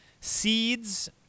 seeds